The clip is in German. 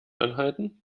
anhalten